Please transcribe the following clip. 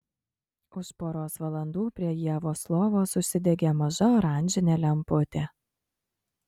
už poros valandų prie ievos lovos užsidegė maža oranžinė lemputė